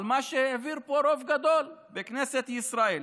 מה שהעביר פה רוב גדול בכנסת ישראל.